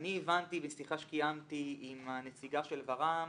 אני הבנתי משיחה שקיימתי עם הנציגה של ור"מ